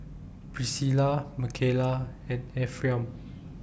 Pricilla Mckayla and Ephriam